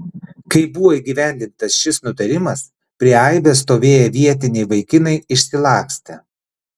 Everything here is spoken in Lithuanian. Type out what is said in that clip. kai buvo įgyvendintas šis nutarimas prie aibės stovėję vietiniai vaikinai išsilakstė